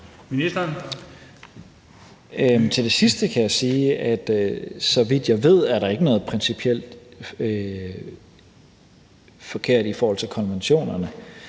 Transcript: Tesfaye): Til det sidste kan jeg sige, at der, så vidt jeg ved, ikke er noget principielt forkert i forhold til konventionerne.